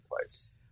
place